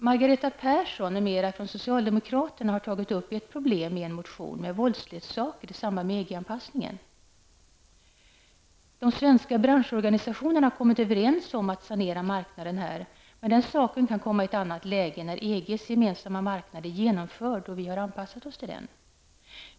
Margareta Persson från socialdemokraterna har i en motion tagit upp problemet med våldsleksaker i samband med EG-anpassningen. De svenska branschorganisationerna har kommit överens om att sanera marknaden. Men den saken kan komma i ett annat läge när EGs gemensamma marknad är genomförd och när vi har anpassat oss till den.